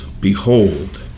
Behold